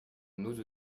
nous